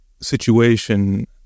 situation